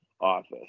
office